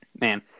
Man